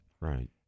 right